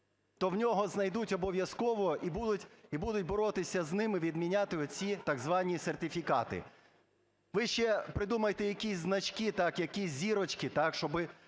то в нього знайдуть обов'язково і будуть боротися з ними, відміняти оці так звані сертифікати. Ви ще придумайте якісь значки, так, якісь зірочки, так,